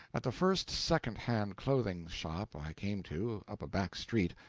at the first second-hand clothing shop i came to, up a back street,